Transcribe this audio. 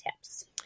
tips